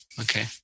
Okay